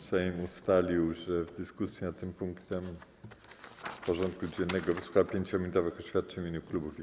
Sejm ustalił, że w dyskusji nad tym punktem porządku dziennego wysłucha 5-minutowych oświadczeń w imieniu klubów i koła.